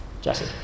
Jesse